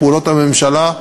פעולות הממשלה,